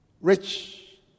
rich